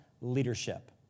leadership